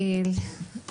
שבאים